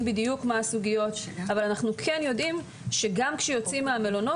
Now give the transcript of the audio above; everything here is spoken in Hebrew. בדיוק מה הסוגיות אבל אנחנו כן יודעים שגם כשיוצאים מהמלונות,